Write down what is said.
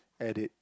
edit